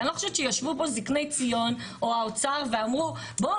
אני לא חושבת שישבו פה זקני ציון או האוצר ואמרו בואו